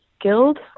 guild